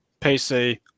PC